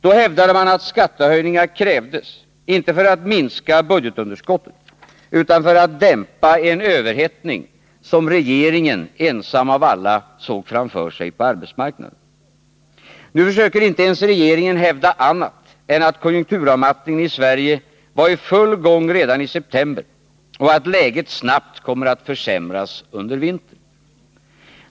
Då hävdade man att skattehöjningar krävdes, inte för att minska budgetunderskottet, utan för att dämpa en överhettning som regeringen, ensam av alla, såg framför sig på arbetsmarknaden. Nu försöker inte ens regeringen hävda annat än att konjunkturavmattningen i Sverige var i full gång redan i september och att läget snabbt kommer att försämras under vintern.